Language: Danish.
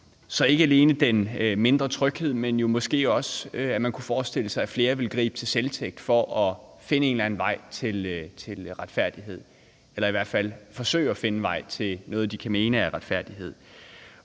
sig ikke alene mindre tryghed, men man kunne måske også forestille sig, at flere ville gribe til selvtægt for at finde en eller anden vej til retfærdighed eller i hvert fald forsøge at finde vej til noget, de kan mene er retfærdighed.